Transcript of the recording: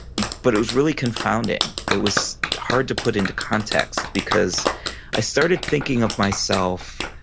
but it was really confounding. it was hard to put into context because i started thinking of myself,